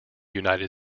united